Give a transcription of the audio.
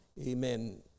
amen